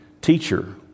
Teacher